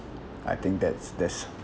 I think that's that's